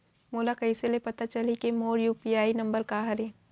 मोला कइसे ले पता चलही के मोर यू.पी.आई नंबर का हरे?